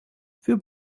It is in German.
für